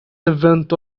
event